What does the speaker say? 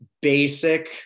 basic